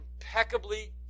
impeccably